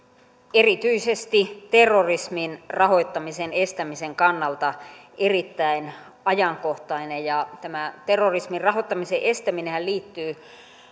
erityisesti terrorismin rahoittamisen estämisen kannalta erittäin ajankohtaisia ja ja tämä terrorismin rahoittamisen estäminenhän liittyy